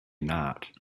not